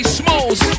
smalls